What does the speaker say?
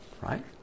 right